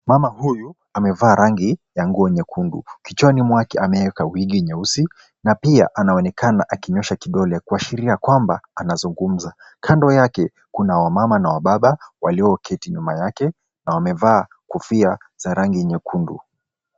Mama huyu amevaa rangi ya nguo nyekundu. Kichwani mwake ameweka wigi nyeusi na pia anaonekana akinyosha kidole kuashiria ya kwamba anzungumza. Kando yake kuna wamama na wababa walio keti nyuma yake na wamevaa kofia za rangi nyekundu.